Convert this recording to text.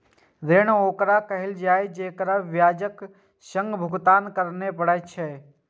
ऋण ओकरा कहल जाइ छै, जेकरा ब्याजक संग भुगतान करय पड़ै छै